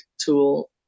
tool